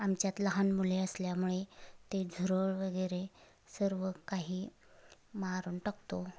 आमच्यात लहान मुले असल्यामुळे ते झुरळ वगैरे सर्व काही मारून टाकतो